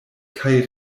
kaj